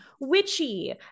witchy